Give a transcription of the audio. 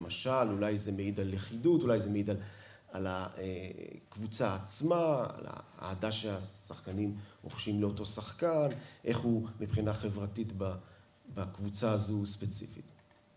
למשל, אולי זה מעיד על לכידות, אולי זה מעיד על ה... אה... קבוצה עצמה, על האהדה שהשחקנים רוחשים לאותו שחקן, איך הוא מבחינה חברתית ב... בקבוצה הזו ספציפית.